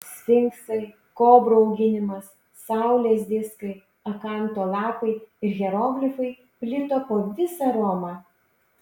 sfinksai kobrų auginimas saulės diskai akanto lapai ir hieroglifai plito po visą romą